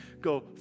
go